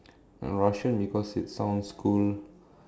Russian because it sounds cool